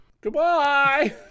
Goodbye